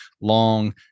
long